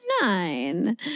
nine